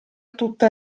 tutta